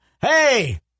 hey